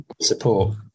support